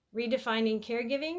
redefiningcaregiving